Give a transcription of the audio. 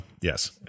yes